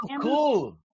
cool